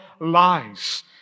lies